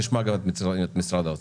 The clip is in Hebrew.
נשמע גם את משרד האוצר.